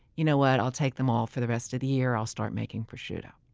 you know what, i'll take them all for the rest of the year. i'll start making prosciutto.